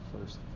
first